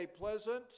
pleasant